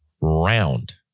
round